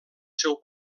seu